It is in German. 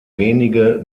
wenige